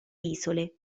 isole